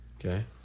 Okay